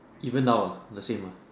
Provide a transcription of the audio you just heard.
even now uh the same uh